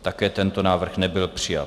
Také tento návrh nebyl přijat.